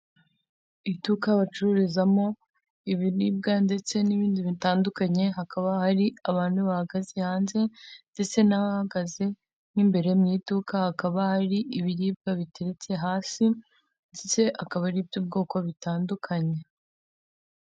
Iduka bacururizamo ibiribwa ndetse n'ibindi bitandukanye hakaba hari abantu bahagaze hanze ndetse n'abahagaze, mu imbere mu iduka hakaba hari ibiribwa biteretse hasi ndetse akaba ari iby'ubwoko butandukanye.